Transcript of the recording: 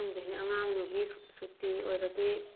ꯈꯪꯗꯦꯅꯦ ꯑꯉꯥꯡ ꯅꯨꯕꯤ ꯁꯨꯇꯤ ꯑꯣꯏꯔꯗꯤ